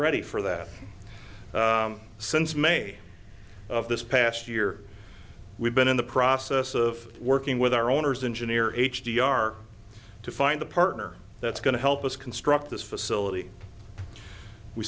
ready for that since may of this past year we've been in the process of working with our owners engineer h d r to find a partner that's going to help us construct this facility we